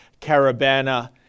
Carabana